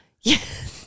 yes